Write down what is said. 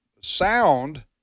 Sound